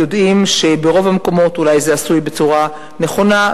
יודעים שברוב המקומות אולי זה עשוי בצורה נכונה,